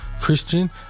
Christian